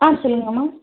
ஆ சொல்லுங்கள்ம்மா